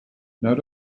not